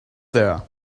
there